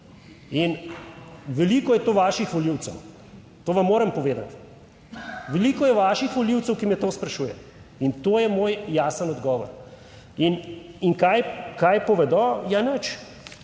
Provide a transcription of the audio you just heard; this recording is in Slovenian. In veliko je to vaših volivcev, to vam moram povedati. Veliko je vaših volivcev, ki me to sprašuje, in to je moj jasen odgovor. In kaj povedo? Ja,